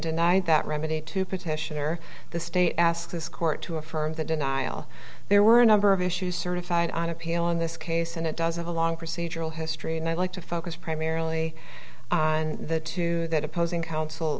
denied that remedy to petition or the state ask this court to affirm the denial there were a number of issues certified on appeal in this case and it doesn't belong procedural history and i'd like to focus primarily on the two that opposing counsel